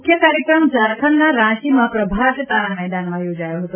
મુખ્ય કાર્યક્રમ ઝારખંડના રાંચીમાં પ્રભાત તારા મેદાનમાં યોજાયો ફતો